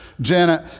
Janet